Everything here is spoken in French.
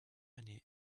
année